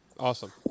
Awesome